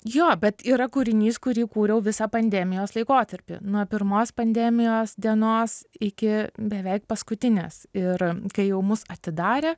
jo bet yra kūrinys kurį kūriau visą pandemijos laikotarpį nuo pirmos pandemijos dienos iki beveik paskutinės ir kai jau mus atidarė